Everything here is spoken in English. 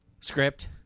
script